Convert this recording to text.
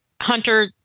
Hunter